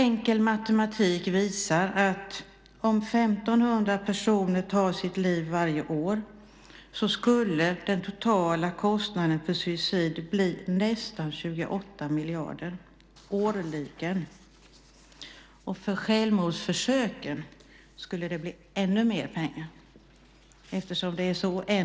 Enkel matematik visar att om 1 500 personer tar sitt liv varje år blir den totala kostnaden för suicid nästan 28 miljarder årligen. För självmordsförsök skulle det bli ännu mer pengar.